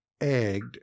egged